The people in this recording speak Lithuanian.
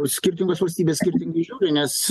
skirtingos valstybės skirtingai žiūri nes